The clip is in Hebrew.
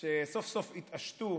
כשסוף-סוף יתעשתו